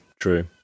true